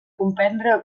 comprendre